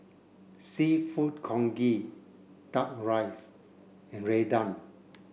seafood Congee duck rice and Rendang